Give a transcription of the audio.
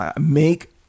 Make